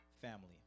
Family